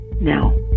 now